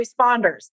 responders